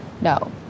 No